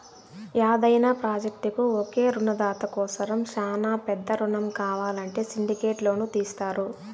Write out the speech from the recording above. యాదైన ప్రాజెక్టుకు ఒకే రునదాత కోసరం శానా పెద్ద రునం కావాలంటే సిండికేట్ లోను తీస్తారు